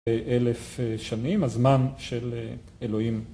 אלף שנים, הזמן של אלוהים.